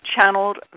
channeled